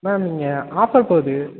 ma'am இங்கே offer போது